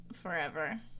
forever